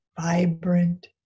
vibrant